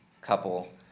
couple